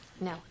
No